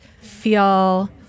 feel